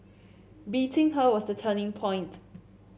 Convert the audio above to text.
beating her was the turning point